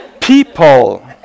People